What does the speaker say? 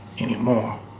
anymore